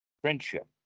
friendship